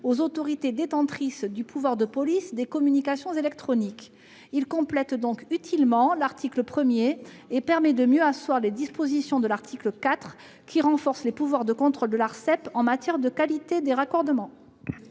aux autorités détentrices du pouvoir de police des communications électroniques. S'il était adopté, cet amendement compléterait utilement l'article 1 et permettrait de mieux asseoir les dispositions de l'article 4, qui renforcent les pouvoirs de contrôle de l'Arcep en matière de qualité des raccordements.